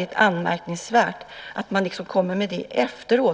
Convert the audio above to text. inte anmärkningsvärt att man kommer med det efteråt?